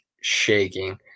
shaking